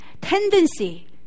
tendency